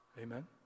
Amen